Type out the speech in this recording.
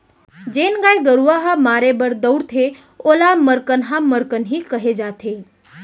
जेन गाय गरूवा ह मारे बर दउड़थे ओला मरकनहा मरकनही कहे जाथे